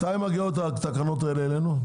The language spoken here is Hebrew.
מתי התקנות האלה מגיעות אלינו?